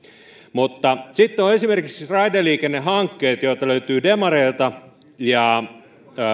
sitten on on esimerkiksi raideliikennehankkeet joita löytyy demareilta ja